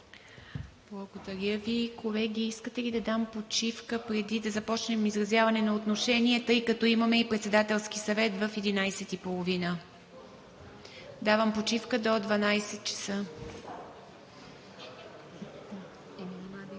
Благодаря Ви. Колеги, искате ли да дам почивка преди да започнем изразяване на отношение, тъй като имаме и Председателски съвет в 11,30 ч.? Давам почивка до 12,00 ч. (След